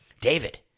David